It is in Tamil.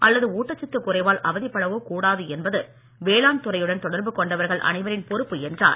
அல்லது ஊட்டச்சத்து குறைவால் அவதிப்படக் கூடாது என்பது வேளாண் துறையுடன் தொடர்பு கொண்டவர்கள் அனைவரின் பொறுப்பு என்றார்